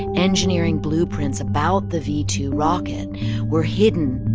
engineering blueprints about the v two rocket were hidden.